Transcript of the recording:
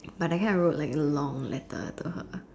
but I kinda wrote like a long letter to her